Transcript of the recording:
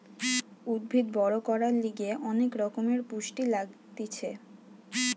উদ্ভিদ বড় করার লিগে অনেক রকমের পুষ্টি লাগতিছে